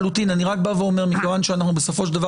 אני רק אומר שמכיוון שאנחנו בסופו של דבר